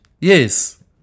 Yes